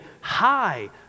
high